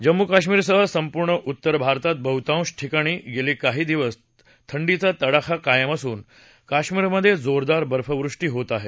जम्मू काश्मिरसह संपूर्ण उत्तर भारतात बहुतांश ठिकाणी गेले काही दिवस थंडीचा तडाखा कायम असून काश्मिरमधे जोरदार बर्फवृष्टी होत आहे